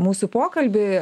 mūsų pokalbį